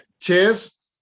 cheers